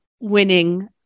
winning